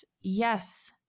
yes